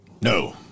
No